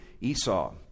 Esau